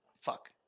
Fuck